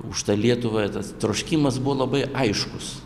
už tą lietuvą ir tas troškimas buvo labai aiškus